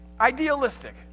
idealistic